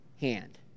hand